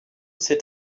c’est